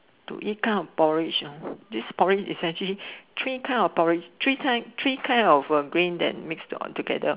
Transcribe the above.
to eat kind of porridge this porridge is essentially three kind of grain that kind of grain mixed together